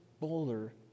boulder